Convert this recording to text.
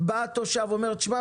בא התושב ואומר: תשמע,